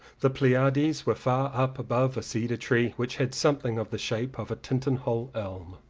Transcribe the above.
the pleiades were far up above a cedar tree which had some thing of the shape of a tintinhull elm.